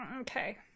Okay